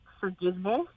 forgiveness